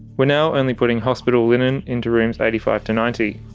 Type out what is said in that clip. we're now only putting hospital linen into rooms eighty five to ninety.